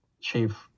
chief